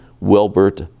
Wilbert